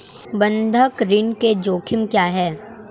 बंधक ऋण के जोखिम क्या हैं?